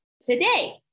Today